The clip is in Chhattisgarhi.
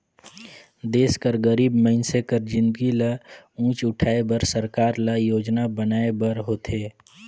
देस कर गरीब मइनसे कर जिनगी ल ऊंच उठाए बर सरकार ल योजना बनाए बर होथे